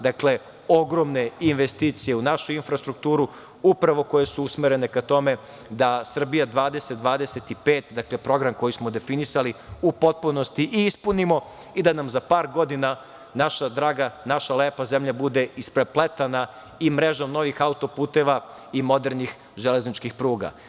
Dakle, ogromne investicije u našu infrastrukturu, upravo koje su usmerene ka tome da "Srbija 2025", program koji smo definisali, u potpunosti i ispunimo i da nam za par godina naša draga i lepa zemlja bude isprepletena mrežom novih auto-puteva i modernih železničkih pruga.